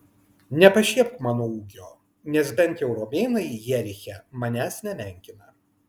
nepašiepk mano ūgio nes bent jau romėnai jeriche manęs nemenkina